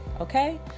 okay